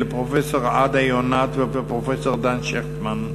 של פרופסור עדה יונת ושל פרופסור דן שכטמן,